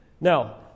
Now